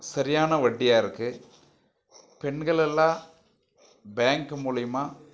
சரியான வட்டியாக இருக்கு பெண்கள் எல்லாம் பேங்க் மூலியமாக